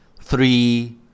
three